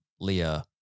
Leah